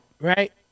Right